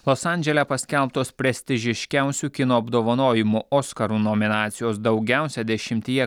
los andžele paskelbtos prestižiškiausių kino apdovanojimų oskarų nominacijos daugiausia dešimtyje